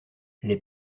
les